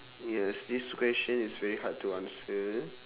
yes this question is very hard to answer